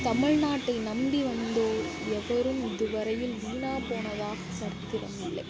தமிழ்நாட்டை நம்பி வந்தோர் எவரும் இதுவரையில் வீணாப் போனதாக சரித்திரம் இல்லை